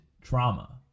trauma